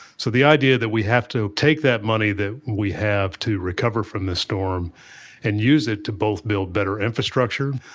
so the idea that we have to take that money that we have to recover from this storm and use it to both build better infrastructure,